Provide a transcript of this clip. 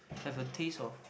have a taste of